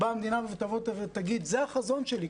שהמדינה תגיד: זה החזון שלי,